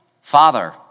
Father